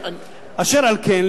אשר על כן,